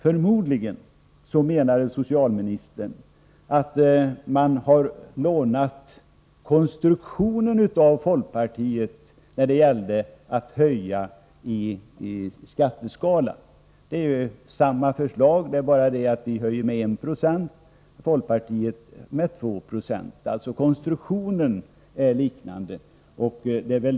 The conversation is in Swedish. Förmodligen menade socialministern att man har lånat konstruktionen från folkpartiet när det gällde höjningarna i skatteskalan. Det är ju samma förslag. Enda skillnaden är att vi höjer med en procentenhet och folkpartiet med två.